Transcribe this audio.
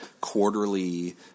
quarterly